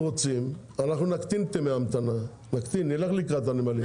אנחנו נקטין את ימי ההמתנה, נלך לקראת הנמלים.